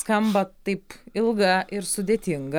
skamba taip ilga ir sudėtinga